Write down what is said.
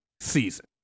season